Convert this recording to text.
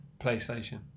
PlayStation